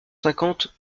cinquante